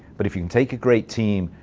but if you can take a great team,